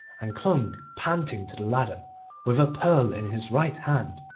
and clung panting to the ladder with a pearl in his right hand.